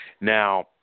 Now